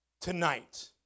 Tonight